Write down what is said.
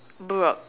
but